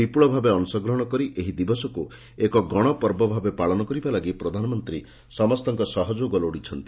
ବିପୁଳ ଭାବେ ଅଂଶଗ୍ରହଣ କରି ଏହି ଦିବସକୁ ଏକ ଗଣପର୍ବ ଭାବେ ପାଳନ କରିବାଲାଗି ପ୍ରଧାନମନ୍ତୀ ସମସ୍ତଙ୍କ ସହଯୋଗ ଲୋଡ଼ିଛନ୍ତି